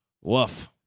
Woof